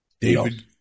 David